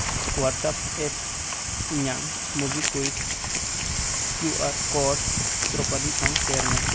WhatsApp app ᱤᱧᱟᱹᱜ ᱢᱩᱵᱷᱤᱠᱩᱭᱤᱠ Q R code Draupadi ᱥᱟᱶ ᱥᱮᱭᱟᱨ ᱢᱮ